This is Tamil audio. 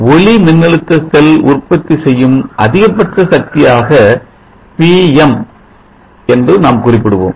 ஒளி மின்னழுத்த செல் உற்பத்தி செய்யும் அதிகபட்ச சக்தியாக Pm என்று நாம் குறிப்பிடுவோம்